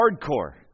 hardcore